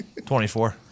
24